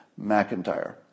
McIntyre